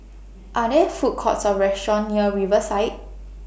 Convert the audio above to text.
Are There Food Courts Or restaurants near Riverside